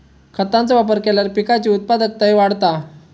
खतांचो वापर केल्यार पिकाची उत्पादकताही वाढता